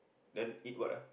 then eat what ah